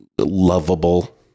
lovable